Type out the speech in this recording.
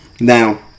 Now